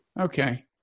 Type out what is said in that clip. Okay